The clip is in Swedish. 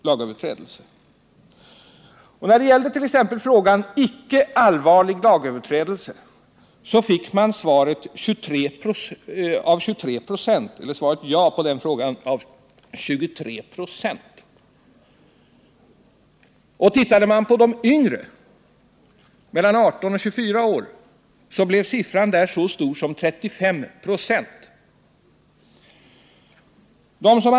De som svarade ja på frågan om hembränningen var att anse som en icke allvarlig lagöverträdelse utgjorde vid den undersökningen 23 26. Ser man på de yngre, de mellan 18 och 24 år, finner man att siffran var så stor som 35 26.